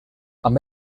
amb